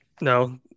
No